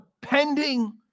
pending